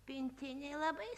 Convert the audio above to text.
pintinė labai